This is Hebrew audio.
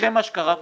אחרימה שקרה כאן,